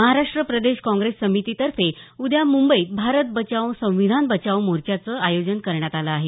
महाराष्ट्र प्रदेश काँग्रेस समितीतर्फे उद्या मुंबईत भारत बचाओ संविधान बचाओ मोर्चाच आयोजन करण्यात आलं आहे